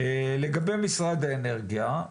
לגבי משרד האנרגיה,